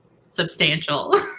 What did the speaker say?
substantial